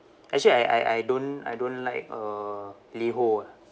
actually I I I don't I don't like uh liho ah